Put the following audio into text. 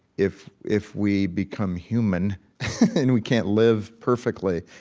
if if we become human and we can't live perfectly,